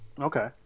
Okay